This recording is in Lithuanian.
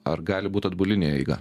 ar gali būt atbuline eiga